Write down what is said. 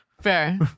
Fair